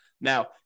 Now